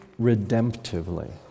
redemptively